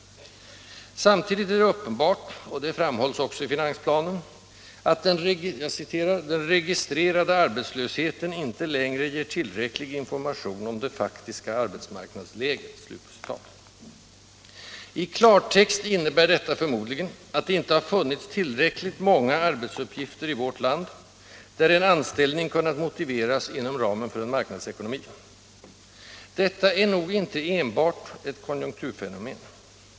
Samtidigt är det uppenbart — och det framhålls också i finansplanen — att ”den registrerade arbetslösheten inte längre ger tillräcklig information om det faktiska arbetsmarknadsläget”. I klartext innebär detta förmodligen att det inte har funnits tillräckligt många arbetsuppgifter i vårt land, där en anställning kunnat motiveras inom ramen för en marknadsekonomi. Detta är nog inte enbart ett konjunkturfenomen.